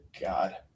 God